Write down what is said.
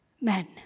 men